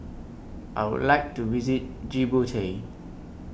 I Would like to visit Djibouti